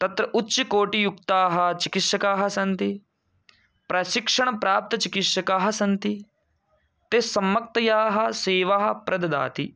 तत्र उच्चकोटियुक्ताः चिकित्सकाः सन्ति प्रशिक्षणप्राप्तचिकित्सकाः सन्ति ते सम्यक्तयाः सेवाः प्रददाति